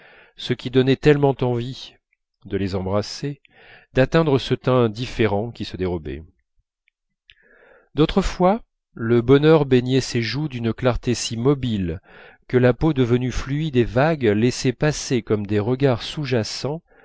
ce qui donnait tellement envie de les embrasser d'atteindre ce teint différent qui se dérobait d'autres fois le bonheur baignait ses joues d'une clarté si mobile que la peau devenue fluide et vague laissait passer comme des regards sous jacents